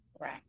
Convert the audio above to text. Right